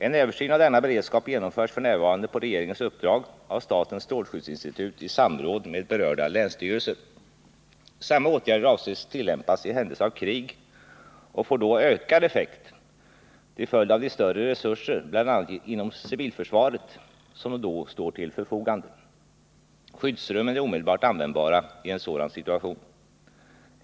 En översyn av denna beredskap genomförs f. n. på regeringens uppdrag av statens strålskyddsinstitut i samråd med berörda länsstyrelser. Samma åtgärder avses tillämpas i händelse av krig och får då ökad effekt till följd av de större resurser, bl.a. inom civilförsvaret, som då står till förfogande. Skyddsrummen är omedelbart användbara i en sådan situation.